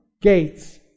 gates